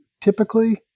typically